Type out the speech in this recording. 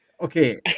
Okay